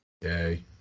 Yay